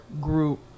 group